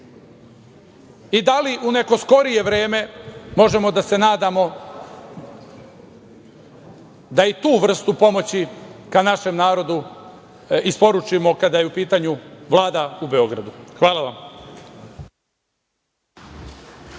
i da li u neko skorije vreme možemo da se nadamo da i tu vrstu pomoći ka našem narodu isporučimo kada je u pitanju Vlada u Beogradu? Hvala vam.